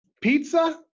Pizza